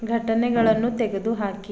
ಘಟನೆಗಳನ್ನು ತೆಗೆದುಹಾಕಿ